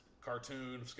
cartoon